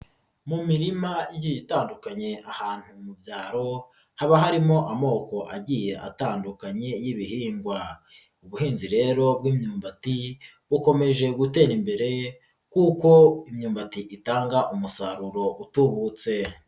Mu mirima igiye itandukanye ahantu mu byaro, haba harimo amoko agiye atandukanye y'ibihingwa. Ubuhinzi rero bw'imyumbati, bukomeje gutera imbere kuko imyumbati itanga umusaruro utubutse.